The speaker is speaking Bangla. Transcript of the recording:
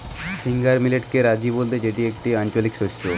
ফিঙ্গার মিলেটকে রাজি বলতে যেটি একটি আঞ্চলিক শস্য